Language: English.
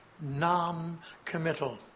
non-committal